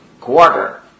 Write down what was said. quarter